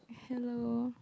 hello